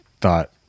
thought